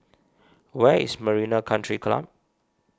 where is Marina Country Club